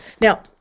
Now